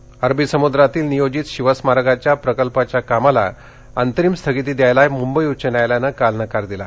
शिव स्मारक अरबी समुद्रातील नियोजित शिवस्मारकाच्या प्रकल्पाच्या कामाला अंतरीम स्थगिती द्यायला मुंबई उच्च न्यायालयानं काल नकार दिला